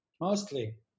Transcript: mostly